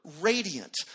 radiant